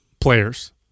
players